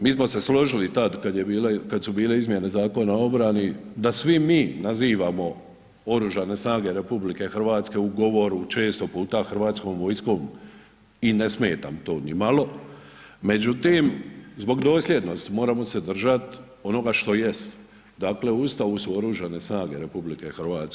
Mi smo se složili tada kada su bile izmjene Zakona o obrani da svi mi nazivamo Oružane snage RH u govoru često puta Hrvatskom vojskom i ne smeta mi to nimalo, međutim zbog dosljednosti moramo se držati onoga što jest, dakle u Ustavu su Oružane snage RH.